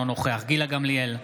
אינו נוכח גילה גמליאל,